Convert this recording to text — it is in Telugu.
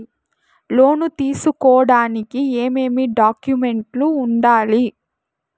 లోను తీసుకోడానికి ఏమేమి డాక్యుమెంట్లు ఉండాలి